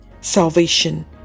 salvation